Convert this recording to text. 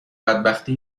بدبختی